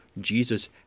Jesus